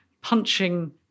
punching